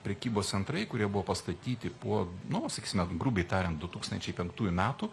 prekybos centrai kurie buvo pastatyti po nu sakysime grubiai tariant du tūkstančiai penktųjų metų